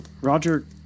Roger